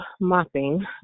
mopping